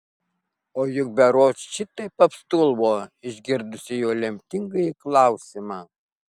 o juk berods šitaip apstulbo išgirdusi jo lemtingąjį klausimą